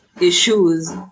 issues